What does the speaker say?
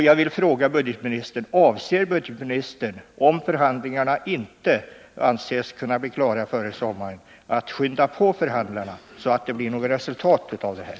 Jag vill fråga budgetministern: Avser budgetministern, om förhandlingarna inte kan bli klara före sommaren, att skynda på förhandlarna, så att det blir något resultat av det här?